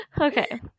Okay